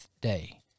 day